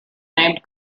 named